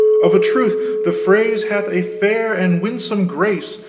of a truth the phrase hath a fair and winsome grace,